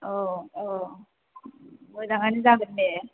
औ औ मोजाङानो जागोन दे